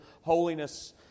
holiness